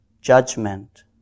judgment